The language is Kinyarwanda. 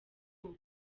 uko